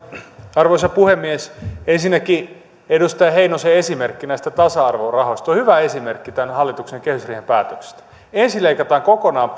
arvoisa puhemies ensinnäkin edustaja heinosen esimerkki näistä tasa arvorahoista on hyvä esimerkki tämän hallituksen kehysriihen päätöksistä ensin leikataan kokonaan